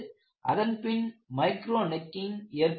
அதன்பின் micro necking ஏற்படுகிறது